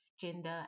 gender